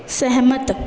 ਸਹਿਮਤ